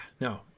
no